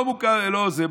לא מוכר ולא זה,